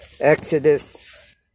Exodus